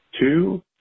two